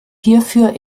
hierfür